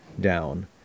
down